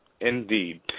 indeed